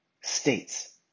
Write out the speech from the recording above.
states